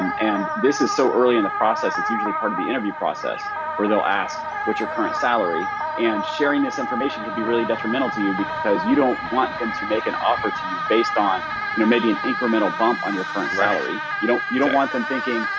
and and this is so early in the process. it's usually part of the interview process where they'll ask, what's your current salary? and sharing this information can be really detrimental to you because you don't want them to make an offer to you based on you know maybe an incremental bump on your current salary. you know you don't want them thinking,